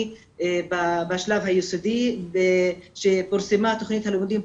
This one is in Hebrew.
בשלב היסודי וכשפורסמה תוכנית הלימודים,